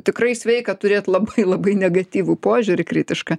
tikrai sveika turėt labai labai negatyvų požiūrį kritišką